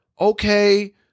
okay